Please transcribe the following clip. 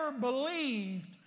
believed